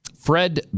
Fred